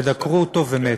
דקרו אותו ומת.